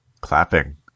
Clapping